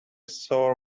sour